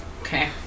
Okay